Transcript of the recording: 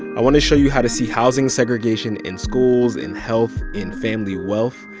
i want to show you how to see housing segregation in schools, in health, in family wealth,